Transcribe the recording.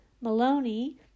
Maloney